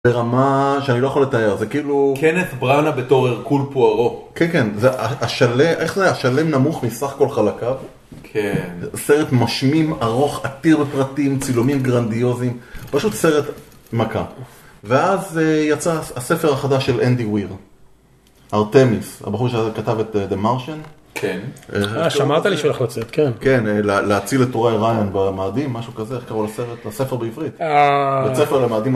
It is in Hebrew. ברמה שאני לא יכול לתאר זה כאילו קנת בראנה בתור הרקול פוארו כן כן זה השלם נמוך מסך כל חלקיו כן סרט משמים ארוך עתיר בפרטים צילומים גרנדיוזיים פשוט סרט מכה ואז יצא הספר החדש של אנדי ויר ארטמיס הבחור שכתב את דה מרשן כן אה שאמרת לי שהוא הולך לצאת כן כן להציל את טוראי ראיין במאדים משהו כזה איך קראו לספר בעברית אההה